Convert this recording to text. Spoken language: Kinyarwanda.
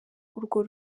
urwo